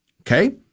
Okay